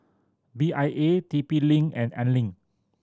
B I A T P Link and Anlene